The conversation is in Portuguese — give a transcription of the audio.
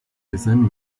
exame